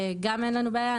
גם אין לנו בעיה,